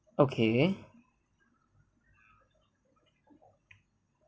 okay